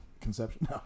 Conception